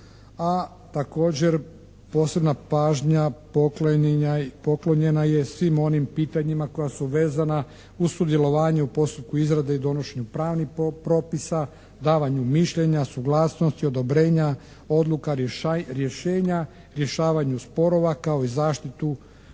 a također posebna pažnja poklonjena je svim onim pitanjima koja su vezana uz sudjelovanje u postupku izrade i donošenju pravnih propisa, davanju mišljenja, suglasnosti, odobrenja, odluka, rješenja, rješavanju sporova kao i zaštitu